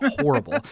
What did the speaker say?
horrible